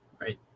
right